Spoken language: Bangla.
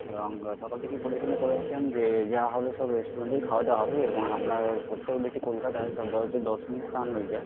এবং সকাল থেকেই করে যেতাম যে যা হবে সব রেস্টুরেন্টেই খাওয়াদাওয়া হবে এবং আমরা বেশি কলকাতায় যতো দর্শনীয় স্থান রয়েছে